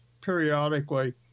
periodically